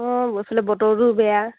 অঁ বতৰটো বেয়া